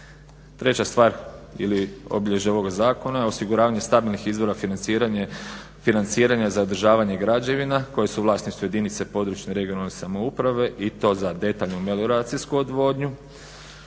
Treća stvar ili obilježje ovoga zakona je osiguravanje stabilnih izvora financiranja za održavanje građevina koje su u vlasništvu jedinice područne, regionalne samouprave i to za detaljnu melioracijsku odvodnju.